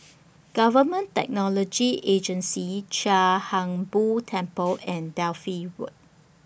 Government Technology Agency Chia Hung Boo Temple and Delhi Road